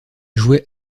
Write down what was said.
jouait